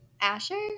Asher